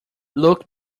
look